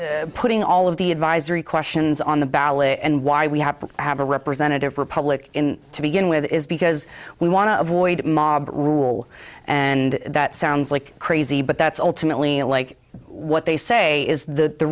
putting all of the advisory questions on the ballot and why we have a representative republic in to begin with is because we want to avoid mob rule and that sounds like crazy but that's ultimately unlike what they say is th